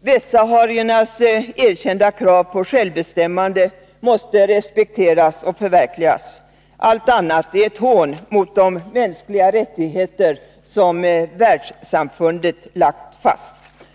Västsahariernas erkända krav på självbestämmande måste respekteras och förverkligas. Allt annat är ett hån mot de mänskliga rättigheter som världssamfundet lagt fast.